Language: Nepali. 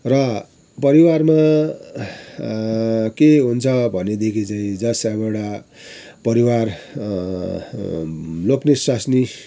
र परिवारमा के हुन्छ भने देखि चाहिँ जस्तो अब एउटा परिवार लोग्ने स्वास्नी